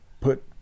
put